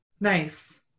nice